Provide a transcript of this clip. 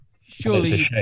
Surely